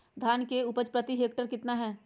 धान की उपज प्रति हेक्टेयर कितना है?